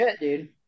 dude